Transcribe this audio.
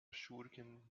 schurken